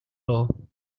low